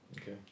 okay